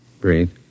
Breathe